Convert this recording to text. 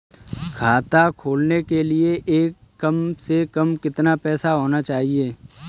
खाता खोलने के लिए कम से कम कितना पैसा होना चाहिए?